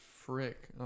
Frick